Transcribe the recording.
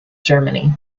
germany